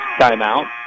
timeout